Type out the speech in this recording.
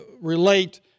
relate